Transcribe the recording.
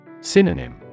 Synonym